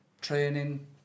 Training